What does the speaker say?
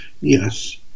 Yes